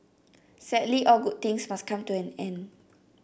sadly all good things must come to an end